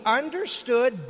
understood